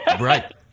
Right